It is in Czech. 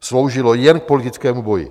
Sloužilo jen k politickému boji.